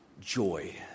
joy